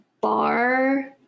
bar